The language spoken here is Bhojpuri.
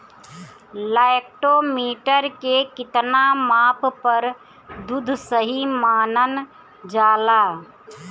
लैक्टोमीटर के कितना माप पर दुध सही मानन जाला?